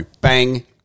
Bang